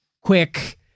quick